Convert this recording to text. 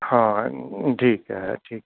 ਹਾਂ ਠੀਕ ਹੈ ਠੀਕ